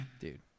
Dude